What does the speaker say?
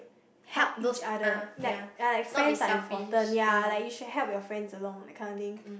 help each other like ya like friends are important ya like you should help your friends along that kind of thing